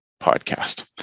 podcast